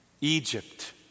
Egypt